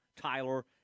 Tyler